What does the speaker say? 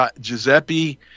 Giuseppe